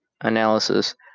analysis